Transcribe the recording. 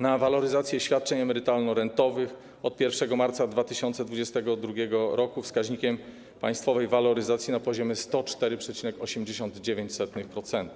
na waloryzację świadczeń emerytalno-rentowych od 1 marca 2022 r. wskaźnikiem państwowej waloryzacji na poziomie 104,89%;